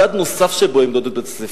מדד נוסף שבו ימדוד את בית-הספר: